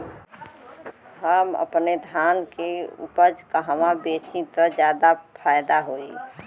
हम अपने धान के उपज कहवा बेंचि त ज्यादा फैदा होई?